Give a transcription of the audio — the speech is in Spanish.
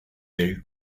del